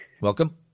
Welcome